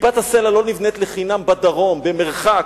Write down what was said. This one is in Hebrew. כיפת-הסלע לא לחינם נבנית בדרום, במרחק,